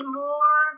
more